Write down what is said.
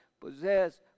possess